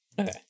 Okay